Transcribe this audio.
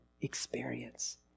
experience